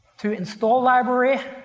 to install library,